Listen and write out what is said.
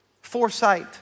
foresight